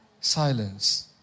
silence